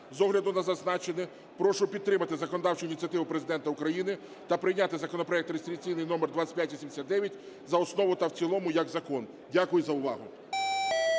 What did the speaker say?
З огляду на зазначене, прошу підтримати законодавчу ініціативу Президента України та прийняти законопроект реєстраційний номер 2589 за основу та в цілому як закон. Дякую за увагу.